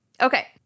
Okay